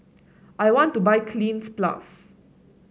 I want to buy Cleanz Plus